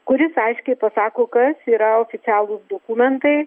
kuris aiškiai pasako kas yra oficialūs dokumentai